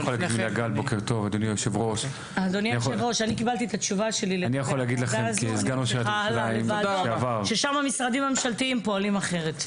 אני קיבלתי מהתשובה ששאר המשרדים הממשלתיים פועלים בצורה אחרת.